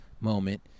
moment